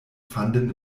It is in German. fanden